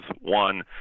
one